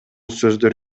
сөздөр